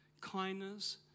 kindness